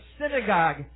synagogue